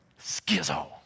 Schizo